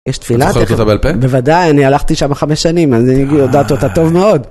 יש תפילה את זוכרת אותה בעל פה? בוודאי אני הלכתי שמה חמש שנים אני יודעת אותה טוב מאוד.